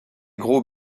gros